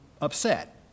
upset